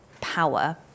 power